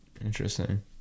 Interesting